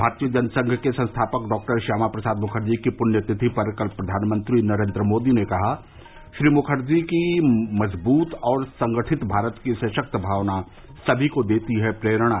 भारतीय जनसंघ के संस्थापक डॉक्टर श्यामा प्रसाद मुखर्जी की पुण्य तिथि कल पर प्रधानमंत्री नरेन्द्र मोदी ने कहा श्री मुखर्जी की मजबूत और संगठित भारत की सशक्त भावना सभी को देती है प्रेरणा